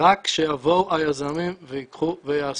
רק שיבואו היזמים וייקחו ויעשו.